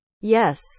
Yes